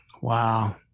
Wow